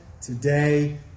today